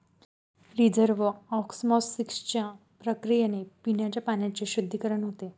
reverse ऑस्मॉसिसच्या प्रक्रियेने पिण्याच्या पाण्याचे शुद्धीकरण होते